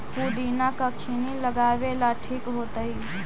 पुदिना कखिनी लगावेला ठिक होतइ?